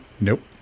Nope